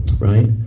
right